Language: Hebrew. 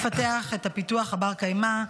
לפתח את הפיתוח הבר-קיימא,